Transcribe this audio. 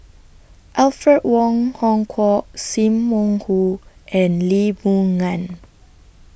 Alfred Wong Hong Kwok SIM Wong Hoo and Lee Boon Ngan